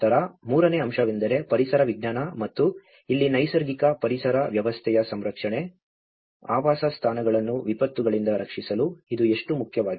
ನಂತರ ಮೂರನೇ ಅಂಶವೆಂದರೆ ಪರಿಸರ ವಿಜ್ಞಾನ ಮತ್ತು ಇಲ್ಲಿ ನೈಸರ್ಗಿಕ ಪರಿಸರ ವ್ಯವಸ್ಥೆಯ ಸಂರಕ್ಷಣೆ ಆವಾಸಸ್ಥಾನಗಳನ್ನು ವಿಪತ್ತುಗಳಿಂದ ರಕ್ಷಿಸಲು ಇದು ಎಷ್ಟು ಮುಖ್ಯವಾಗಿದೆ